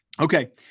Okay